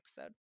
episode